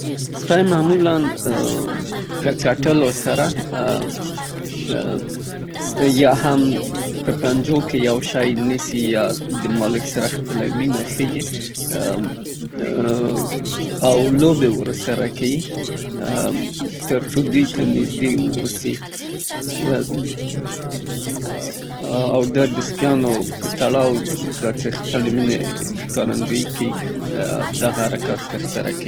سپی معمولاً په څټلو سره، يا هم په پنجو کې يو شی نيسي او يا د مالک سره خپله مينه ښيي او لوبې ورسره کوي؛ ترڅو دوی ته نيزدې واوسي. او دا د سپيانو په تړاو دا چې د خپلې مينې ښکاروندويي کوي، دغه حرکات ترسره کوي.